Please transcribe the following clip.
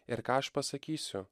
ir ką aš pasakysiu